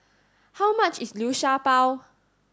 how much is Liu Sha Bao